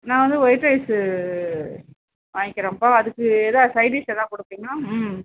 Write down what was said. நான் வந்து white rice வாங்கிறேன்பா அதுக்கு எதாது சைட் டிஷ் எதாது கொடுப்பீங்களா ம்